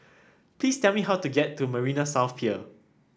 please tell me how to get to Marina South Pier